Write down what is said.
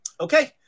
okay